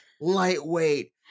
lightweight